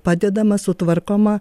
padedama sutvarkoma